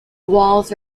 walls